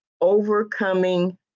overcoming